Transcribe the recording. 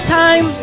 time